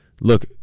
look